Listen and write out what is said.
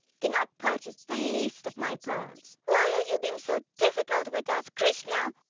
cannot purchase the least of my pearls. why are you being so difficult with us, krishna?